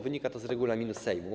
Wynika to z regulaminu Sejmu.